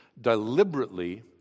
deliberately